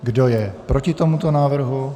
Kdo je proti tomuto návrhu?